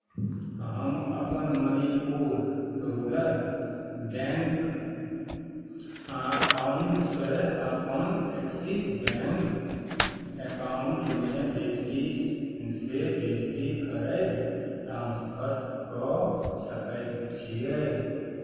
हम अपन Manipur rural bank अकाउंटसँ अपन एक्सिस बैंक अकाउंटमे बेसीसँ बेसी करैत ट्रांस्फर कऽ सकैत छियै